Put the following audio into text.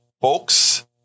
Folks